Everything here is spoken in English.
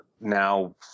Now